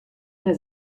der